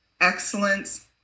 excellence